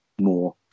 More